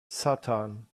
satan